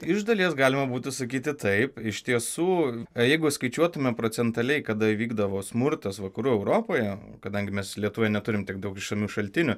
iš dalies galima būtų sakyti taip iš tiesų jeigu skaičiuotume procentaliai kada įvykdavo smurtas vakarų europoje kadangi mes lietuvoj neturim tiek daug išsamių šaltinių